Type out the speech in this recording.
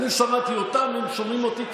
אני שמעתי אותם, הם שומעים אותי.